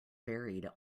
buried